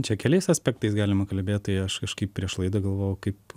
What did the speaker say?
čia keliais aspektais galima kalbėt tai aš kažkaip prieš laidą galvojau kaip